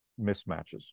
mismatches